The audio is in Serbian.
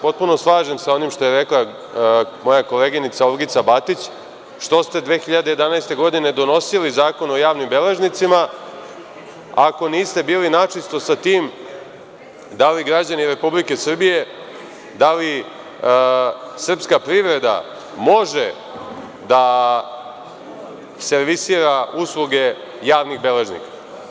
Potpuno se slažem sa onim što je rekla moja koleginica Olgica Batić, što ste 2011. godine donosili Zakon o javnim beležnicima, ako niste bili načisto sa tim da li građani Republike Srbije, da li srpska privreda može da servisira usluge javnih beležnika?